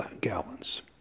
gallons